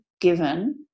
given